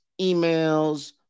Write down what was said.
emails